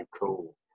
cool